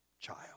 child